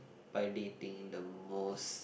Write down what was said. by dating the most